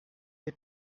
est